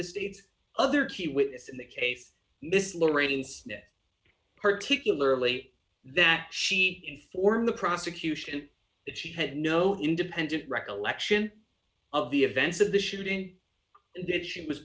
the state's other key witness in that case miss lorraine's net particularly that she informed the prosecution that she had no independent recollection of the events of the shooting that she was